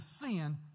sin